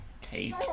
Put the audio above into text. Kate